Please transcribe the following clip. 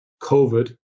COVID